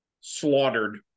slaughtered